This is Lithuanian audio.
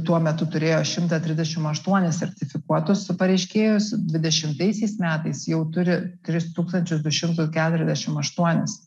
tuo metu turėjo šimtą trisdešimt aštuonis sertifikuotus su pareiškėjus dvidešimtaisiais metais jau turi tris tūkstančius du šimtus keturiasdešimt aštuonis